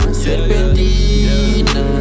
serpentina